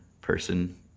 person